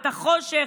את החושך,